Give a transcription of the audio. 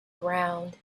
ground